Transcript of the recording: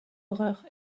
horreur